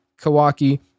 Kawaki